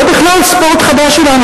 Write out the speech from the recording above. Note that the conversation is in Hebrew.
זה בכלל ספורט חדש שלנו.